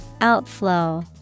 Outflow